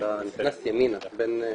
הוא נלחם בכביש על האפשרות